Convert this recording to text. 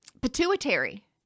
pituitary